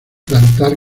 plantar